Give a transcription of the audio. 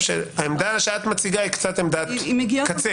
שהעמדה שאת מציגה היא קצת עמדת קצה.